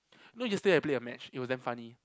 you know yesterday I played a match it was damn funny